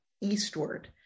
eastward